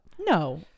No